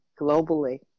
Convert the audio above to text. globally